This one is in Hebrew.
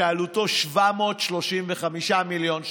שעלותו 735 מיליון שקלים.